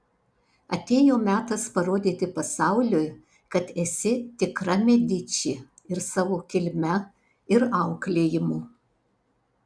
atėjo metas parodyti pasauliui kad esi tikra mediči ir savo kilme ir auklėjimu